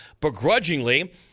begrudgingly